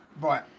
Right